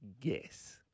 guess